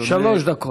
שלוש דקות.